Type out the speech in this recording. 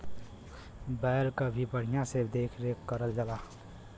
बैल क भी बढ़िया से देख रेख करल जाला